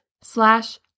slash